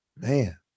Man